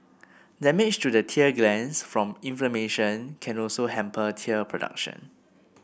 damage to the tear glands from inflammation can also hamper tear production